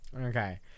Okay